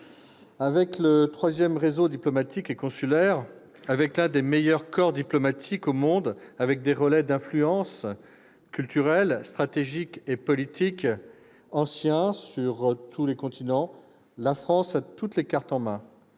Dotée du troisième réseau diplomatique et consulaire, de l'un des meilleurs corps diplomatiques au monde, de relais d'influence culturels, stratégiques et politiques anciens sur tous les continents, la France a toutes les cartes en main